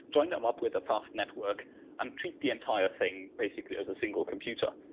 join them up with a fast network and treat the entire thing basically as a single computer.